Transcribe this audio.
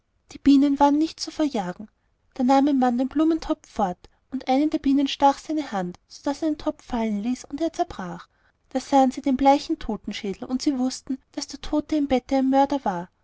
die bienen waren nicht zu verjagen da nahm ein mann den blumentopf fort und eine der bienen stach seine hand sodaß er den topf fallen ließ und er zerbrach da sahen sie den bleichen totenschädel und sie wußten daß der tote im bette ein mörder war